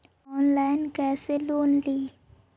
Online कैसे loan ली?